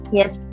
Yes